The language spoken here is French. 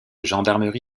gendarmerie